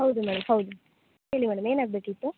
ಹೌದು ಮೇಡಮ್ ಹೌದು ಹೇಳಿ ಮೇಡಮ್ ಏನು ಆಗ್ಬೇಕಿತ್ತು